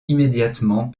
immédiatement